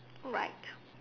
right